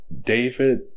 David